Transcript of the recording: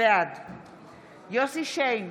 בעד יוסף שיין,